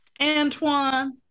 Antoine